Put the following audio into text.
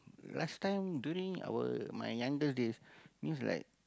last time during our my younger days means like